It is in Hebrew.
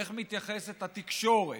איך מתייחסת התקשורת,